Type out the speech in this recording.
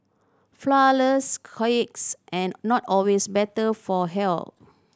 flourless cakes and not always better for health